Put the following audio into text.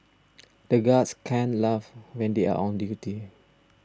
the guards can't laugh when they are on duty